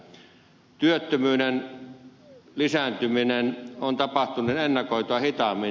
työttömyyden lisääntyminen on tapahtunut ennakoitua hitaammin